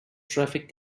traffic